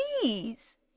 Please